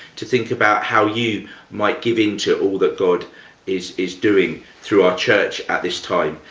to think about how you might give into all that god is is doing through our church at this time.